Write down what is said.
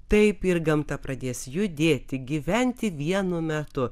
taip ir gamta pradės judėti gyventi vienu metu